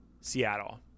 Seattle